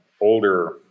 older